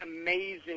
amazing